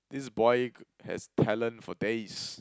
this boy g~ has talent for days